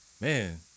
man